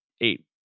eight